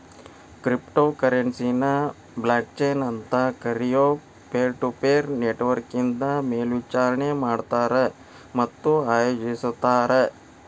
crypto ಕರೆನ್ಸಿನ blockchain ಅಂತ್ ಕರಿಯೊ ಪೇರ್ಟುಪೇರ್ ನೆಟ್ವರ್ಕ್ನಿಂದ ಮೇಲ್ವಿಚಾರಣಿ ಮಾಡ್ತಾರ ಮತ್ತ ಆಯೋಜಿಸ್ತಾರ